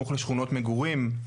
סמוך לשכונות מגורים.